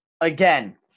again